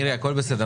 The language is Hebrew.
מירי, הכול בסדר.